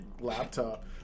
laptop